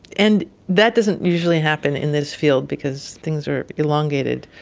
and that doesn't usually happen in this field because things are elongated.